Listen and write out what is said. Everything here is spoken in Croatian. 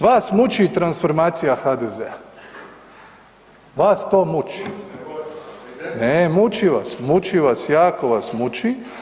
Vas muči transformacija HDZ-a, vas to muči … [[Upadica iz klupe se ne razumije]] Eee, muči vas, muči vas, jako vas muči.